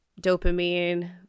dopamine